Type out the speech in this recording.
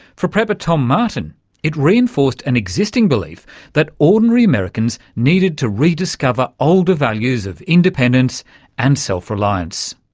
for prepper tom martin it reinforced an existing belief that ordinary americans needed to rediscover older values of independence and self-reliance.